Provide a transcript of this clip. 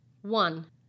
One